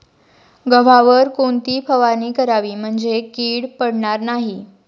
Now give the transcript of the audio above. गव्हावर कोणती फवारणी करावी म्हणजे कीड पडणार नाही?